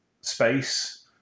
space